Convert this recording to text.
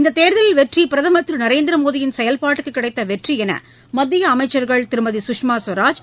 இந்த தேர்தல் வெற்றி பிரதமர் திரு நரேந்திரமோடியின் செயல்பாட்டுக்கு கிடைத்த வெற்றி என்று மத்திய அமைச்சர்கள் திருமதி சுஷ்மா ஸ்வராஜ்